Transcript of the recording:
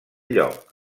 lloc